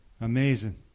Amazing